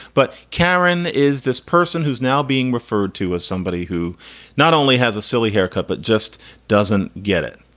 but karen is this person who's now being referred to as somebody who not only has a silly haircut but just doesn't get it.